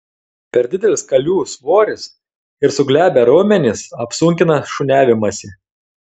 per didelis kalių svoris ir suglebę raumenys apsunkina šuniavimąsi